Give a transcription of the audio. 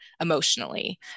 emotionally